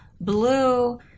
blue